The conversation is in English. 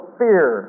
fear